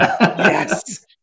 Yes